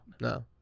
No